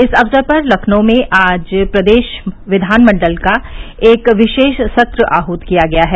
इस अवसर पर लखनऊ में आज प्रदेश विधानमंडल का एक विशेष सत्र आहूत किया गया है